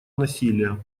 насилия